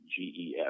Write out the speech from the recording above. GEF